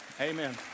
Amen